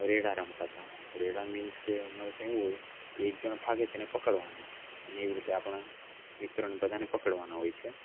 રેઢા રમતા હતા રેઢા મીન્સ કે અમારે ત્યાં એવું હોય કે એક જણ ભાગે તેને પકડવાનો એને એવી રીતે આપણા મિત્રને બધાને પકડવાના હોય છે